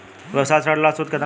व्यवसाय ऋण ला सूद केतना लागी?